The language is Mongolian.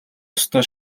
ёстой